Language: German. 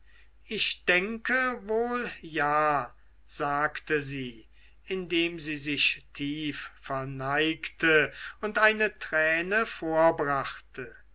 ich denke wohl ja sagte sie indem sie sich tief verneigte und eine träne vorbrachte